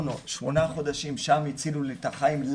ברטורנו תוך שמונה חודשים הצילו לי את החיים.